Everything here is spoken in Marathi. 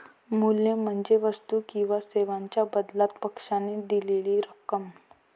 मूल्य म्हणजे वस्तू किंवा सेवांच्या बदल्यात पक्षाने दिलेली रक्कम